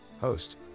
host